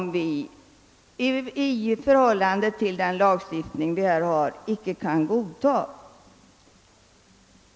Och det är skäl som vi, med den lagstiftning som gäller, icke kan godtaga.